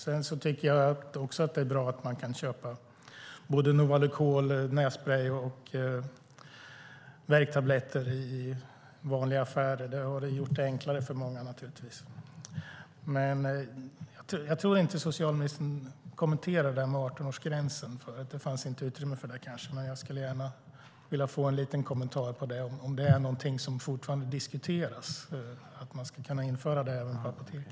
Sedan tycker jag också att det är bra att man kan köpa Novalucol, nässprej och värktabletter i vanliga affärer. Det har gjort det enklare för många, naturligtvis. Jag tror inte att socialministern kommenterade det här med 18-årsgränsen. Det fanns kanske inte utrymme för det. Men jag skulle gärna vilja höra en liten kommentar om det, om det är någonting som fortfarande diskuteras, att man ska kunna införa det även på apotek.